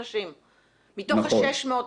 מתוך ה-600.